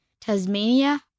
Tasmania